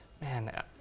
man